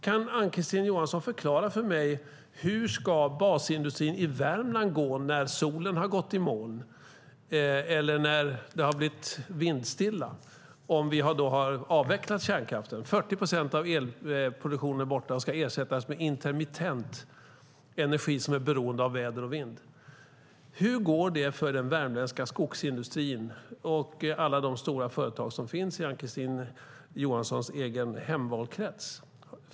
Kan Ann-Kristine Johansson förklara för mig hur basindustrin i Värmland ska gå när solen har gått i moln eller när det har blivit vindstilla om vi har avvecklat kärnkraften, alltså om 40 procent av elproduktionen är borta och ska ersättas med intermittent energi som är beroende av väder och vind? Hur går det för den värmländska skogsindustrin och för alla de stora företag som finns i Ann-Kristine Johanssons egen hemvalkrets?